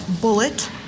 bullet